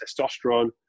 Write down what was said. testosterone